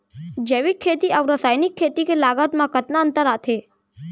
जैविक खेती अऊ रसायनिक खेती के लागत मा कतना अंतर आथे?